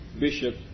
bishop